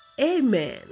Amen